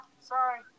Sorry